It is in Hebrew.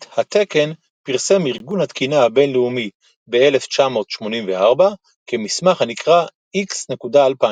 את התקן פרסם ארגון התקינה הבין-לאומי ב־1984 כמסמך הנקרא X.200.